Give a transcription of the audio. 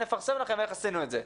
נפרסם לכם איך עשינו את זה.